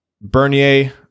Bernier